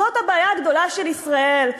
זו הבעיה הגדולה של ישראל,